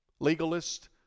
legalist